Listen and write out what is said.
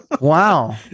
Wow